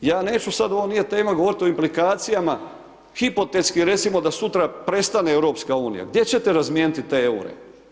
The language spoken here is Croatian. Ja neću sada, ovo nije tema govoriti o implikacijama, hipotetski, recimo da sutra prestane EU, gdje ćete razmijeniti te eure?